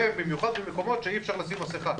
ובמיוחד במקומות שאי-אפשר לשים מסכה,